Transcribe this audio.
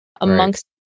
amongst